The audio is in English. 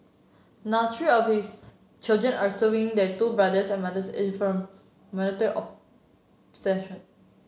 now three of his children are suing their two brothers and mothers informal minority oppression